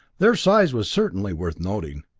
their size was certainly worth noting,